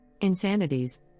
Insanities